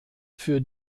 für